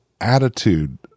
attitude